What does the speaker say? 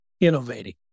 innovating